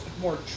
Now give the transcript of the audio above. more